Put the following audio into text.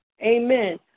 Amen